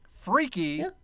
Freaky